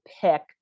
pick